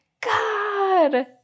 God